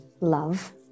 love